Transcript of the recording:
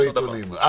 אחרת, בוועדת הכספים.